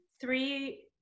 three